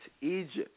Egypt